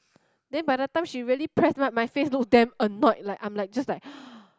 then by the time she really press my my face look damn annoyed like I'm like just like